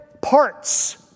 parts